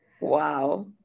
wow